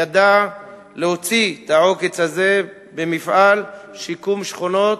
ידע להוציא את העוקץ הזה במפעל שיקום שכונות,